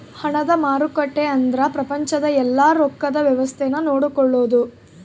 ಹಣದ ಮಾರುಕಟ್ಟೆ ಅಂದ್ರ ಪ್ರಪಂಚದ ಯೆಲ್ಲ ರೊಕ್ಕದ್ ವ್ಯವಸ್ತೆ ನ ನೋಡ್ಕೊಳೋದು